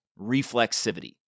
reflexivity